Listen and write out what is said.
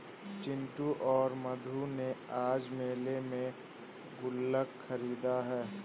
चिंटू और मधु ने आज मेले में गुल्लक खरीदा है